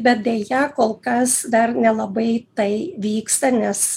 bet deja kol kas dar nelabai tai vyksta nes